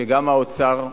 שגם האוצר,